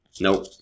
Nope